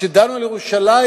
כשדנו על ירושלים?